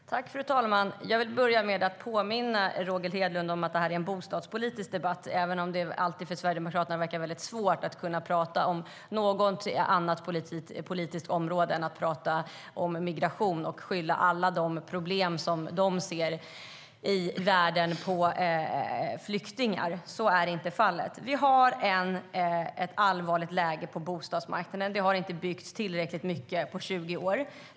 STYLEREF Kantrubrik \* MERGEFORMAT BostadspolitikVi har ett allvarligt läge på bostadsmarknaden. Det har inte byggts tillräckligt mycket på 20 år.